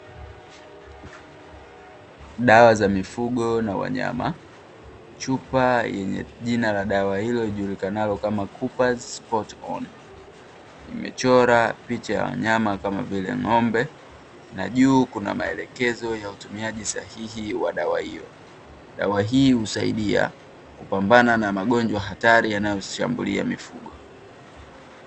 Dawa za mifugo na wanyama, chupa yenye jina ya dawa hiyo ijulikanayo kama "COOPERS SPOT ON" imechorwa picha ya wanyama kama vile ng'ombe; na juu kuna maelekezo ya utumiaji sahihi wa dawa hiyo. Dawa hii husaidia kupambana na magonjwa hatari yanayoshambulia mifugo.